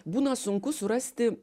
būna sunku surasti